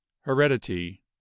heredity